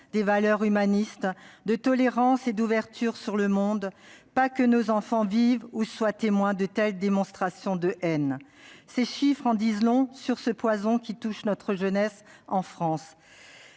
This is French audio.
des valeurs humanistes, de tolérance et d'ouverture sur le monde, et non l'occasion pour nos enfants de vivre ou d'être témoins de telles démonstrations de haine. Ces chiffres en disent long sur ce poison qui touche notre jeunesse, qui n'en